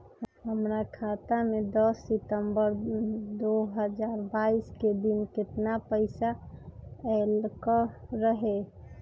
हमरा खाता में दस सितंबर दो हजार बाईस के दिन केतना पैसा अयलक रहे?